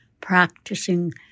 practicing